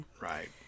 Right